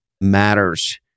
matters